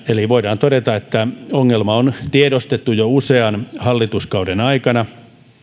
eli voidaan todeta että ongelma on tiedostettu jo usean hallituskauden aikana